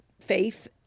faith